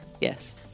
Yes